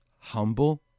Humble